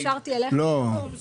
בדיוק היישרתי אליך כיוון --- בסדר.